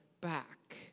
back